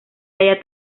halla